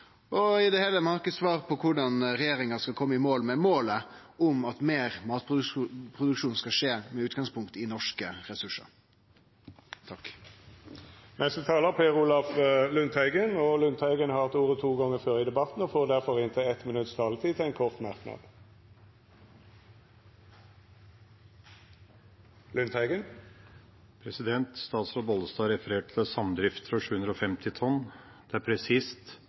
bruk. I det heile har dei ikkje svar på korleis regjeringa skal nå målet om at meir matproduksjon skal skje med utgangspunkt i norske ressursar. Representanten Per Olaf Lundteigen har hatt ordet to gonger tidlegare i debatten og får ordet til ein kort merknad, avgrensa til 1 minutt. Statsråd Bollestad refererte til samdrift og 750 tonn. Det er presist.